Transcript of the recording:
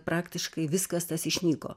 praktiškai viskas tas išnyko